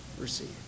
receive